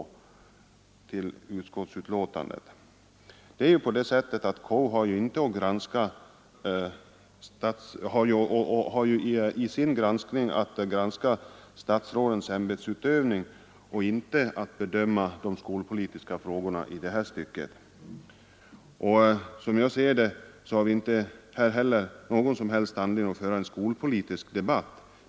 Konstitutionsutskottet har ju att granska statsrådens ämbetsutövning och inte att bedöma de skolpolitiska frågorna. Som jag ser det har vi inte någon som helst anledning att nu föra en skolpolitisk debatt.